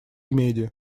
меди